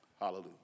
Hallelujah